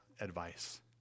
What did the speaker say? advice